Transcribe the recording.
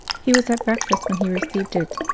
he was at breakfast when he received it,